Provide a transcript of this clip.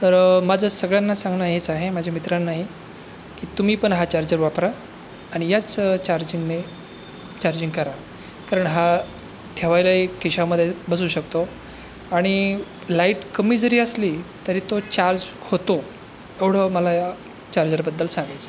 तर माझं सगळ्यांना सांगणं हेच आहे माझ्या मित्रांनाही की तुम्हीपण हा चार्जर वापरा आणि याच चार्जिंगने चार्जिंग करा कारण हा ठेवायलाही खिशामध्ये बसू शकतो आणि लाईट कमी जरी असली तरी तो चार्ज होतो एवढं मला चार्जरबद्दल सांगायचं आहे